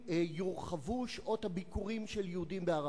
יורחבו שעות הביקורים של יהודים בהר-הבית,